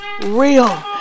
Real